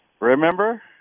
Remember